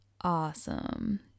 awesome